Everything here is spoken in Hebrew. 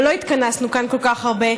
אבל לא התכנסנו כאן כל כך הרבה,